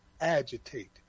agitate